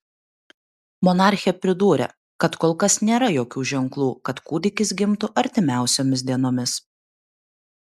monarchė pridūrė kad kol kas nėra jokių ženklų kad kūdikis gimtų artimiausiomis dienomis